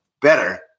better